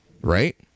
right